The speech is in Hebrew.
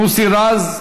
מוסי רז.